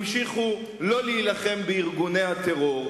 המשיכו לא להילחם בארגוני הטרור.